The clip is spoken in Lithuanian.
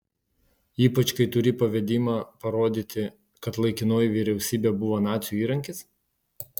ypač kai turi pavedimą parodyti kad laikinoji vyriausybė buvo nacių įrankis